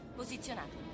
posizionato